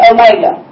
Omega